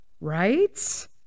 right